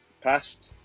passed